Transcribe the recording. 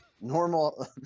normal